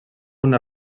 una